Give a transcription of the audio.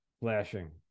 flashing